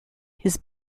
his